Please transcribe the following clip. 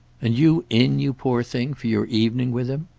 and you in, you poor thing, for your evening with him?